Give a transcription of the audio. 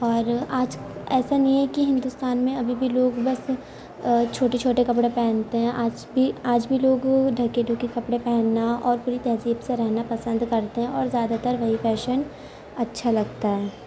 اور آج ایسا نہیں ہے کہ ہندوستان میں ابھی بھی لوگ بس چھوٹے چھوٹے کپڑے پہنتے ہیں آج بھی آج بھی لوگ ڈھکے ڈھکے کپڑے پہننا اور پوری تہذیب سے رہنا پسند کرتے ہیں اور زیادہ تر وہی فیشن اچھا لگتا ہے